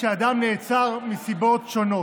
כשאדם נעצר מסיבות שונות,